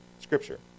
Scripture